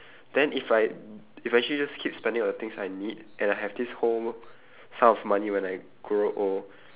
then if I if I actually just keep spending on the things I need and I have this whole sum of money when I grow old